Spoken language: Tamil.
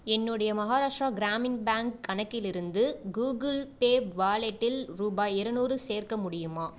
என்னுடைய மஹாராஷ்டிரா கிராமின் பேங்க் கணக்கிலிருந்து கூகிள் பே வாலெட்டில் ரூபாய் இரநூறு சேர்க்க முடியுமா